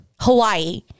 Hawaii